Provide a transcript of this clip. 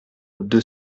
deux